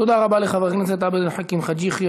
תודה רבה לחבר הכנסת עבד אל חכים חאג' יחיא.